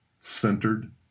centered